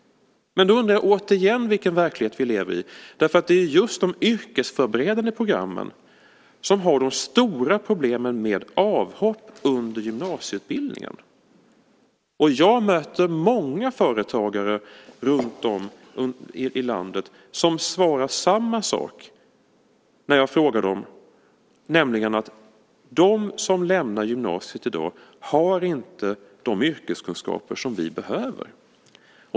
Men då undrar jag återigen vilken verklighet vi lever i, därför att det är ju just de yrkesförberedande programmen som har de stora problemen med avhopp under gymnasieutbildningen. Jag möter många företagare runtom i landet som svarar samma sak när jag frågar dem, nämligen att de som lämnar gymnasiet i dag inte har de yrkeskunskaper som behövs.